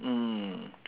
mm